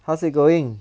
how's it going